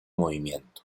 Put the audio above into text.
movimiento